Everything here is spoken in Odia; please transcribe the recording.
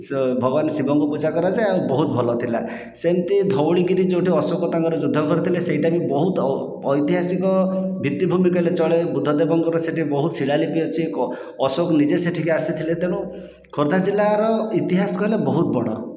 ଭଗବାନ ଶିବଙ୍କୁ ପୂଜା କରାଯାଏ ଆଉ ବହୁତ ଭଲ ଥିଲା ସେମତି ଧଉଳିଗିରି ଯେଉଁଠି ଅଶୋକ ତାଙ୍କର ଯୁଦ୍ଧ କରିଥିଲେ ଆଉ ସେଇଟା ବି ଐତିହସିକ ଭିତ୍ତିଭୂମି କହିଲେ ଚଳେ ବୁଦ୍ଧ ଦେବଙ୍କର ସେଠି ବହୁତ ଶିଳାଲିପି ଅଛି ଅଶୋକ ନିଜେ ସେଠିକି ଆସିଥିଲେ ତେଣୁ ଖୋର୍ଦ୍ଧା ଜିଲ୍ଲାର ଇତିହାସ କହିଲେ ବହୁତ ବଡ଼